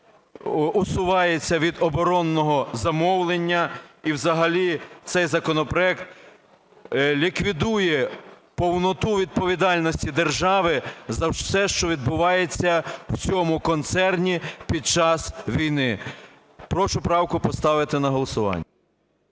усувається від оборонного замовлення. І взагалі цей законопроект ліквідує повноту відповідальності держави за все, що відбувається в цьому концерні під час війни. Прошу правку поставити на голосування.